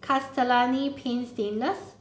Castellani's Paint Stainless